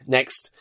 Next